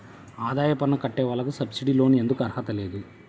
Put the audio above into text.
ఆదాయ పన్ను కట్టే వాళ్లకు సబ్సిడీ లోన్ ఎందుకు అర్హత లేదు?